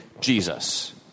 Jesus